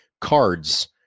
cards